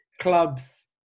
Clubs